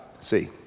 see